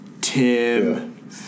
Tim